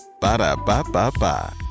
Ba-da-ba-ba-ba